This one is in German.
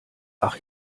ach